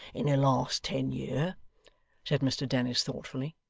in the last ten year said mr dennis thoughtfully,